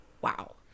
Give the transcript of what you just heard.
wow